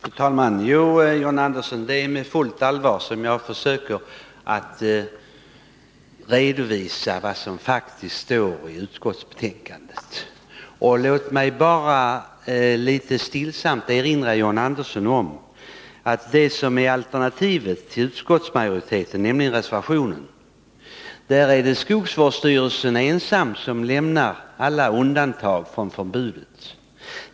Fru talman! Jo, John Andersson, det är på fullt allvar som jag försöker att redovisa vad som faktiskt står i utskottsbetänkandet. Låt mig bara litet stillsamt erinra John Andersson om att enligt det som är alternativet till utskottsmajoritetens skrivning, nämligen reservationen, är det skogsvårdsstyrelsen ensam som lämnar alla undantag från förbudet.